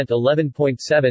11.7